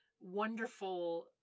wonderful